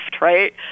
right